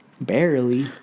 barely